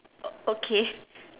o~ okay